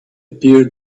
appeared